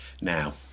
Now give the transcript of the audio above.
Now